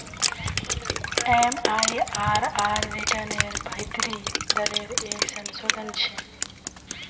MIRR रिटर्नेर भीतरी दरेर एक संशोधन छे